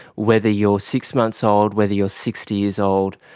whether you're six months old, whether you're sixty years old,